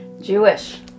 Jewish